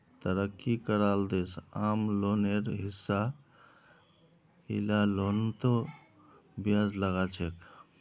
तरक्की कराल देश आम लोनेर हिसा इला लोनतों ब्याज लगाछेक